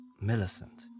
Millicent